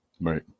Right